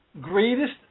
Greatest